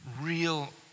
real